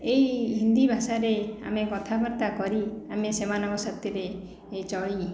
ଏଇ ହିନ୍ଦୀ ଭାଷାରେ ଆମେ କଥାବାର୍ତ୍ତା କରି ଆମେ ସେମାନଙ୍କ ସାଥିରେ ଚଳି